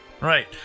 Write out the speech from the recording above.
Right